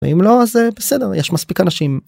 אם לא זה בסדר יש מספיק אנשים.